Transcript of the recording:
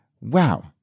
Wow